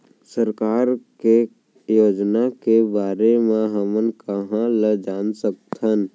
सरकार के योजना के बारे म हमन कहाँ ल जान सकथन?